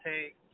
take